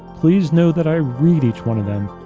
please know that i read each one of them,